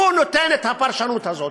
הוא נותן את הפרשנות הזאת.